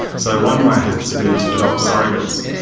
so one way has to be to develop surrogates,